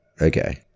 Okay